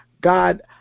God